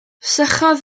sychodd